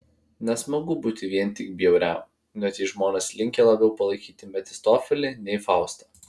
nesmagu būti vien tik bjauriam net jei žmonės linkę labiau palaikyti mefistofelį nei faustą